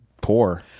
poor